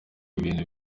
bintu